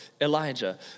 Elijah